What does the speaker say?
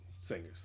singers